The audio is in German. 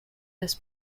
des